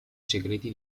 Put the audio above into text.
segreti